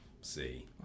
see